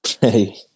Hey